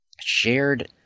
shared